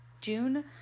June